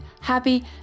happy